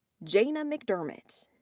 jayna mcdermott.